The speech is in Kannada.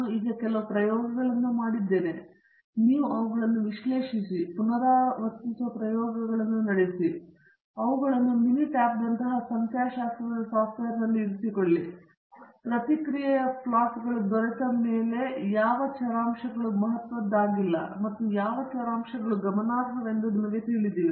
ಈಗ ನಾವು ಕೆಲವು ಪ್ರಯೋಗಗಳನ್ನು ಮಾಡಿದ್ದೇವೆ ಮತ್ತು ನೀವು ಅವುಗಳನ್ನು ವಿಶ್ಲೇಷಿಸಿ ಪುನರಾವರ್ತಿಸುವ ಪ್ರಯೋಗಗಳನ್ನು ನಡೆಸಿ ಅವುಗಳನ್ನು ಮಿನಿ ಟ್ಯಾಬ್ನಂತಹ ಸಂಖ್ಯಾಶಾಸ್ತ್ರದ ಸಾಫ್ಟ್ವೇರ್ನಲ್ಲಿ ಇರಿಸಿಕೊಳ್ಳಿ ಪ್ರತಿಕ್ರಿಯೆ ಪ್ಲಾಟ್ಗಳು ದೊರೆತ ಮೇಲೆಯಾವ ಚರಾಂಶಗಳು ಮಹತ್ವದ್ದಾಗಿಲ್ಲ ಮತ್ತು ಯಾವ ಚರಾಂಶಗಳು ಗಮನಾರ್ಹವೆಂದು ನಿಮಗೆ ತಿಳಿದಿದೆ